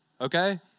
Okay